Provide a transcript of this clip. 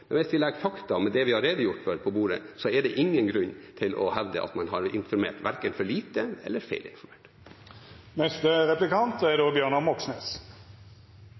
men hvis vi legger fakta – det vi har redegjort for – på bordet, er det ingen grunn til å hevde at man har informert verken for lite eller feil.